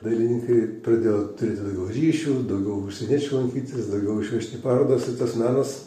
dailininkai pradėjo turėti daugiau ryšių daugiau užsieniečių lankytis daugiau išvežt į parodas ir tas menas